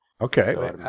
Okay